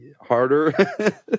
harder